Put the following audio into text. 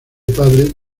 padre